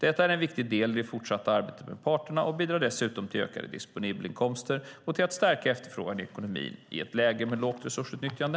Detta är en viktig del i det fortsatta arbetet med parterna och bidrar dessutom till ökade disponibelinkomster och till att stärka efterfrågan i ekonomin i ett läge med lågt resursutnyttjande.